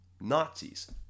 Nazis